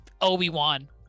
obi-wan